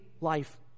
life